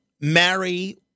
marry